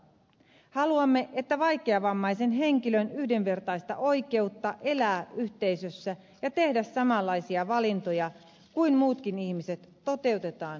haluamme että vaikeavammaisen henkilön yhdenvertaista oikeutta elää yhteisössä ja tehdä samanlaisia valintoja kuin muutkin ihmiset toteutetaan aidosti